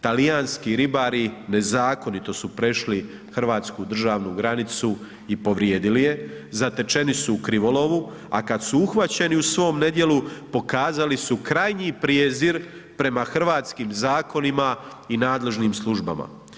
Talijanski ribari nezakonito su prešli hrvatsku državnu granicu i povrijedili jem zatečeni su u krivolovu a kad su uhvaćeni u svom nedjelu, pokazali su krajnji prijezir prema hrvatskim zakonima i nadležnim službama.